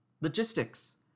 Logistics